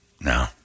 No